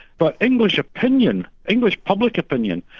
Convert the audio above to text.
but english opinion, english public opinion,